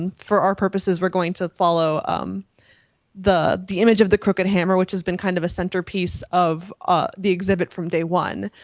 and for our purposes, we're going to follow um the the image of the crooked hammer, which has been kind of a centerpiece of ah the exhibit from day one.